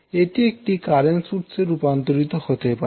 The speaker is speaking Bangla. এটি একটি কারেন্ট উৎসে রূপান্তরিত হতে পারে